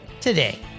today